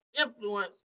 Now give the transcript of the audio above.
influence